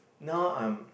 now I'm